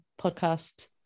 podcast